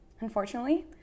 Unfortunately